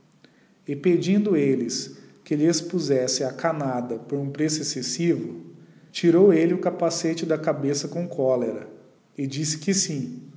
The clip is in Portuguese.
e pedindo elles que lhes puzesseacanadapor um preço excessivo tirou elle o capacete da cabeça com cólera disse que sim